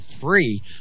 free